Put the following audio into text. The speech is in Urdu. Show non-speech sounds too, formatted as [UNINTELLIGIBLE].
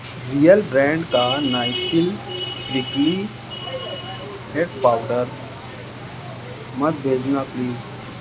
ریئل برانڈ کا نائسیل [UNINTELLIGIBLE] ہیٹ پاؤڈر مت بھیجنا پلیز